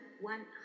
one